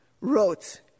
wrote